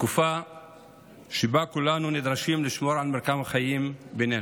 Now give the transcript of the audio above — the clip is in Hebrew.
שבה כולנו נדרשים לשמור על מרקם החיים בינינו,